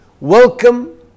welcome